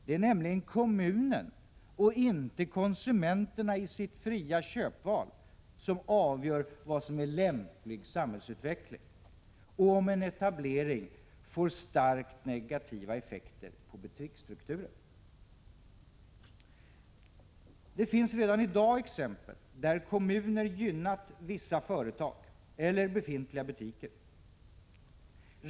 Det är nämligen kommunen och inte konsumenterna i sitt fria köpval som avgör vad som är ”lämplig samhällsutveckling” och om en etablering får ”starkt negativa effekter på butiksstrukturen”. Det finns redan i dag exempel där kommuner gynnat vissa företag eller befintliga butiker.